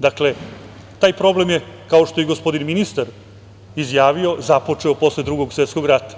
Dakle, taj problem je, kao što i gospodin ministar izjavio započeo posle Drugog svetskog rata,